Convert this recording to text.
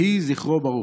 יהי זכרו ברוך.